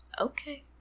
Okay